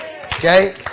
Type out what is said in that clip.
Okay